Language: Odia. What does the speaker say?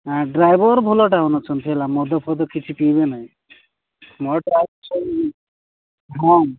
ଡ୍ରାଇଭର ଭଲଟା ମାନ ଅଛନ୍ତି ହେଲା ମଦଫଦ କିଛି ପିଇବେ ନାହିଁ ମୋଟା ଆ ହଁ